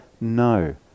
no